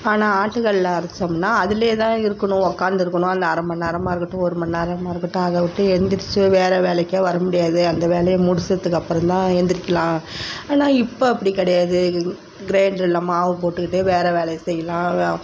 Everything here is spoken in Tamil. ஆனால் ஆட்டு கல்லில் அரைச்சமுன்னா அதுலேயே தான் இருக்கணும் உட்காந்துருக்குணும் அந்த அரை மணிநேரமா இருக்கட்டும் ஒரு மணிநேரமா இருக்கட்டும் அதை விட்டு எந்திரிச்சு வேறு வேலைக்கே வர முடியாது அந்த வேலையை முடித்தத்துக்கு அப்புறம் தான் எந்திரிக்கலாம் ஆனால் இப்போ அப்படி கிடையாது கிரைண்டரில் மாவு போட்டுக்கிட்டே வேறு வேலையை செய்யலாம்